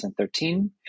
2013